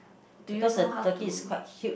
do you know how to